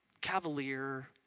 cavalier